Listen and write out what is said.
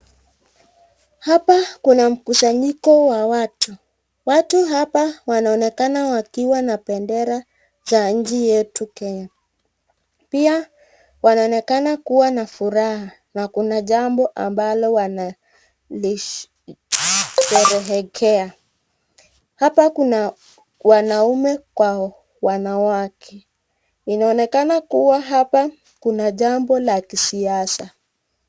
Hapa kuna mkusanyiko wa watu. Watu hawa wanaonekana wakiwa na bendera za nchi yetu Kenya. Pia wanaonekana kuwa na furaha na kuna jambo ambalo yanasheherekea. Hapa kuna wanaume kwa wanawake. Inaonekana kuwa hapa kuna jambo la kisiasa.